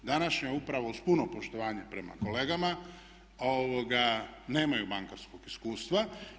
Današnja uprava uz puno poštovanja prema kolegama nemaju bankarskog iskustva.